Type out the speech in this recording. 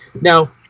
Now